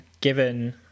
given